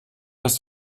ist